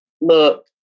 Look